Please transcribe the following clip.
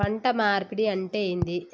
పంట మార్పిడి అంటే ఏంది?